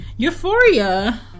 euphoria